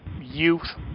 Youth